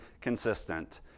consistent